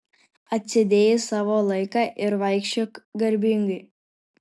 atsėdėjai savo laiką ir vaikščiok garbingai